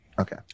Okay